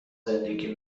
زندگی